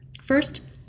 First